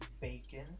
bacon